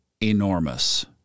enormous